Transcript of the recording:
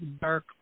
Dark